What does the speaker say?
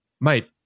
mate